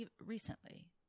recently